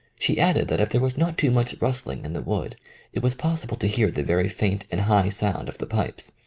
she added that if there was not too much rustling in the wood it was possible to hear the very faint and high sound of the pipes.